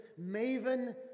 maven